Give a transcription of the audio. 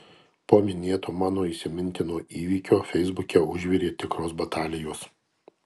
po minėto man įsimintino įvykio feisbuke užvirė tikros batalijos